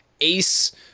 ace